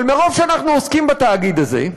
אבל מרוב שאנחנו עוסקים בתאגיד הזה,